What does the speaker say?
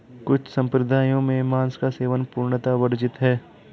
कुछ सम्प्रदायों में मांस का सेवन पूर्णतः वर्जित है